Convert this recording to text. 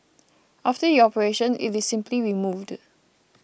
after the operation it is simply removed